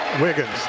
Wiggins